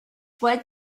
what